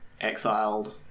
exiled